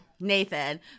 Nathan